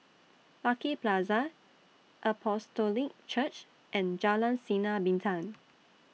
Lucky Plaza Apostolic Church and Jalan Sinar Bintang